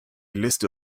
liste